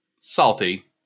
salty